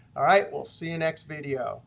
all right. we'll see you next. video.